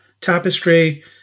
Tapestry